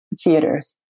theaters